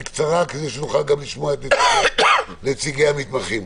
בקצרה, כדי שנוכל גם לשמוע את נציגי המתמחים.